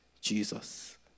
Jesus